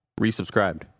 resubscribed